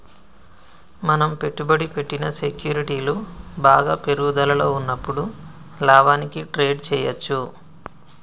మనం పెట్టుబడి పెట్టిన సెక్యూరిటీలు బాగా పెరుగుదలలో ఉన్నప్పుడు లాభానికి ట్రేడ్ చేయ్యచ్చు